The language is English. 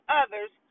others